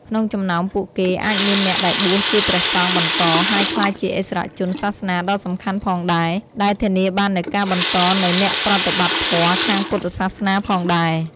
ក្នុងចំណោមពួកគេ អាចមានអ្នកដែលបួសជាព្រះសង្ឃបន្ត ហើយក្លាយជាឥស្សរជនសាសនាដ៏សំខាន់ផងដែរ ដែលធានាបាននូវការបន្តនូវអ្នកប្រតិបត្តិធម៌ខាងពុទ្ធសាសនាផងដែរ។